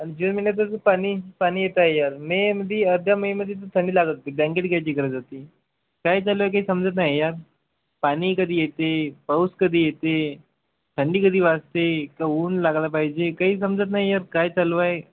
आणि जून महिन्यात पाणी पाणी येत आहे यार मेमध्ये अर्ध्या मेमध्ये तर थंडी लागत होती ब्लँकेट घ्यायची गरज होती काय चालू आहे काही समजत नाही यार पाणी कधी येते पाऊस कधी येते थंडी कधी वाजते का ऊन लागला पाहिजे काही समजत नाही यार काय चालू आहे